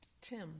Tim